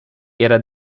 era